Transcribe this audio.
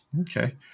Okay